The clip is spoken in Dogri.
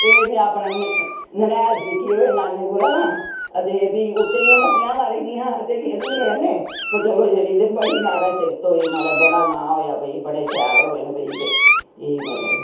एह् में अपने ननेहाल सिक्खी अपने नाने कोला ते फ्ही उत्थै ते मस्तियां मारी दियां हा स्हेलियें सुहलियें कन्नै पर चलो ते जेहड़ी माराज बड़ी सिफ्त होई मतलब बड़ा नां होएआ बडे़ शैल होए न एह् मतलब